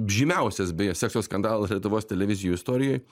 žymiausias beje sekso skandalas lietuvos televizijų istorijoj